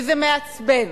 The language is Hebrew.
וזה מעצבן,